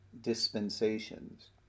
dispensations